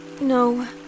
No